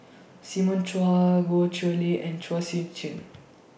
Simon Chua Goh Chiew Lye and Chua Sian Chin